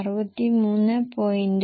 1 X 1